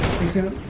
museum